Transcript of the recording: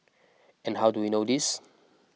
and how do we know this